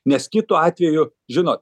nes kitu atveju žinot